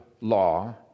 law